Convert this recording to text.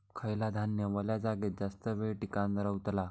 खयला धान्य वल्या जागेत जास्त येळ टिकान रवतला?